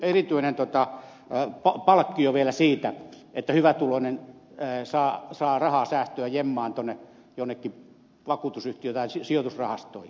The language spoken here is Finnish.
täytyy olla tämmöinen erityinen palkkio vielä siitä että hyvätuloinen saa rahaa säästöön jemmaan tuonne jonnekin vakuutusyhtiöön tai sijoitusrahastoihin